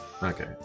Okay